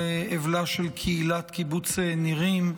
ולאבלה של קהילת קיבוץ נירים,